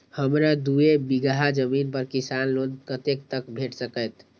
हमरा दूय बीगहा जमीन पर किसान लोन कतेक तक भेट सकतै?